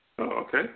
Okay